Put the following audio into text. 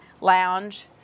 lounge